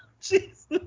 Jesus